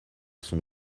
son